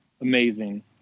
amazing